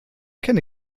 kenne